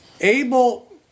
Abel